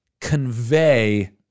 convey